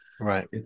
Right